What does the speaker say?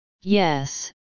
yes